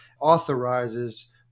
authorizes